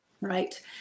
Right